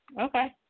Okay